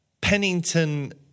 Pennington